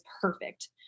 perfect